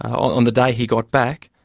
on the day he got back,